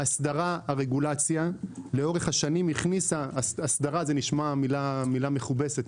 האסדרה זה נשמע מילה מכובסת,